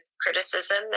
criticism